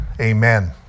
amen